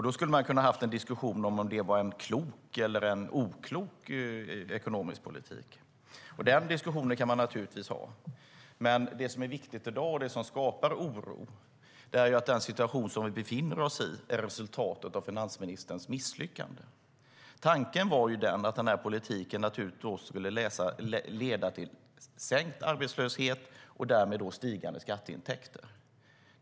Då kunde man ha haft en diskussion om huruvida det var en klok eller oklok ekonomisk politik, och den diskussionen kan man givetvis ha. Det som är viktigt i dag och det som skapar oro är dock att den situation vi befinner oss i är resultatet av finansministerns misslyckande. Tanken var ju att politiken skulle leda till sänkt arbetslöshet och därmed stigande skatteintäkter.